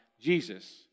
Jesus